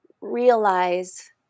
realize